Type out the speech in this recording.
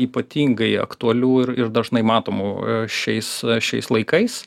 ypatingai aktualių ir ir dažnai matomų šiais šiais laikais